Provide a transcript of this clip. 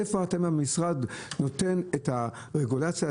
איפה אתם המשרד נותן את הרגולציה,